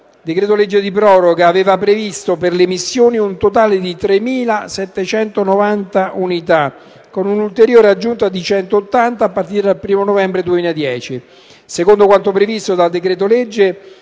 decreto-legge di proroga aveva previsto per le missioni un totale di 3.790 unità, con un'ulteriore aggiunta di 180 a partire dal 1° novembre 2010. Secondo quanto previsto dal decreto-legge